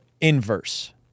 inverse